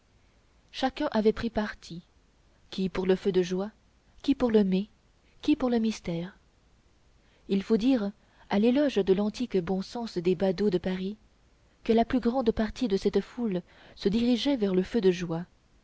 chacun avait pris parti qui pour le feu de joie qui pour le mai qui pour le mystère il faut dire à l'éloge de l'antique bon sens des badauds de paris que la plus grande partie de cette foule se dirigeait vers le feu de joie